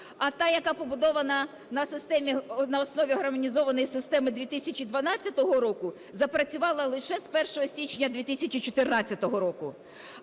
а та, яка побудована на основі Гармонізованої системи 2012 року, запрацювала лише з 1 січня 2014 року.